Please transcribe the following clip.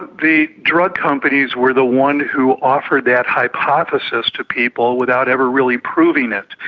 the drug companies were the ones who offered that hypothesis to people without ever really proving it,